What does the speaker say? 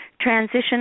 transition